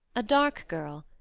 a dark girl,